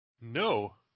No